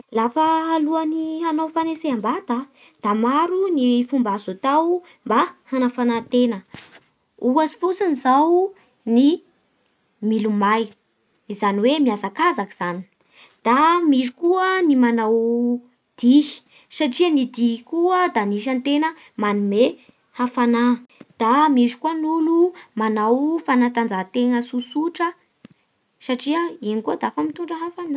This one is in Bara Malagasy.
Lafa alohan'ny hanao fanetseham-bata da maro ny fomba azo atao hanafana-tena, ohatsy fotsiny zao ny milomay izany hoe miazakazaky zany, da misy koa ny manao dihy satria ny dihy koa da anisan'ny tena manome hafana, da misy koa ny olo manao fanatajaha-tena tsotsotra satria iny koa da fa mitondra hafana